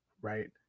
right